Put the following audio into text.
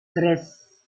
tres